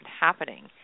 happening